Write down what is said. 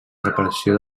reparació